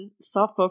suffer